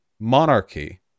Monarchy